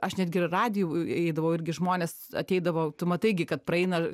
aš netgi į radijų eidavau irgi žmonės ateidavo tu matai gi kad praeina